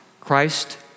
Christ